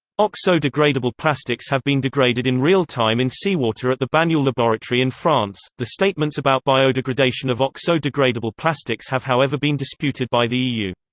oxo-degradable plastics have been degraded in real time in seawater at the banyul laboratory in france the statements about biodegradation of oxo-degradable plastics have however been disputed by the eu.